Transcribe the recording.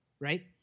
right